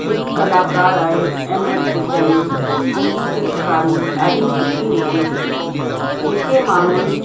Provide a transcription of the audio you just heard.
हिकु कलाकार आहे एम एफ़ हुसैन जंहिंजी चित्रकारी ॾाढी सुठी हूंदी हुई जेके माण्हू